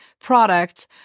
product